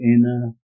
inner